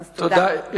תודה.